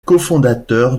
cofondateur